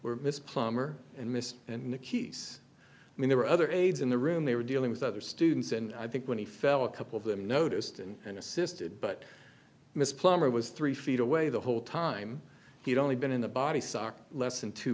where miss palmer and mr and the keys i mean there were other aides in the room they were dealing with other students and i think when he fell a couple of them noticed and assisted but miss plummer was three feet away the whole time he'd only been in the body sock less than two